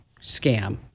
scam